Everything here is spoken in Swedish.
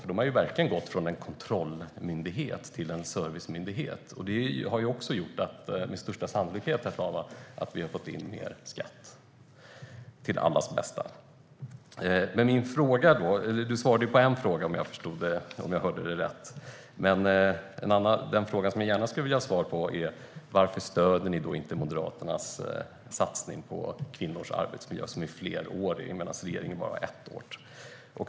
Den har verkligen gått från en kontrollmyndighet till en servicemyndighet. Det har med största sannolikhet gjort att vi får in mer skatt - till allas bästa. Du svarade på en av mina frågor, om jag hörde rätt. Men den fråga som jag gärna skulle vilja ha svar på är varför ni inte stöder Moderaternas fleråriga satsning på kvinnors arbetsmiljö medan regeringen satsar bara i ett år.